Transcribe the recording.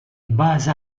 base